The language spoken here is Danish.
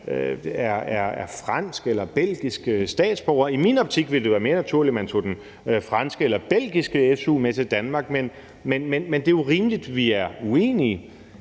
er fransk eller belgisk statsborger. I min optik ville det være mere naturligt, at man tog den franske eller belgiske su med til Danmark, men det er jo rimeligt, at vi er uenige.